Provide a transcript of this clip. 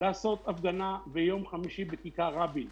לוחצים עליי לעשות הפגנה ביום חמישי בכיכר רבין.